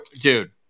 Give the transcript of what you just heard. dude